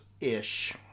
ish